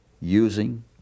using